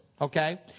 okay